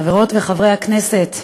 חברות וחברי הכנסת,